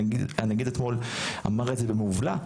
הנגיד אתמול אמר את זה במובלע,